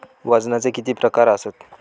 वजनाचे किती प्रकार आसत?